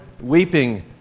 weeping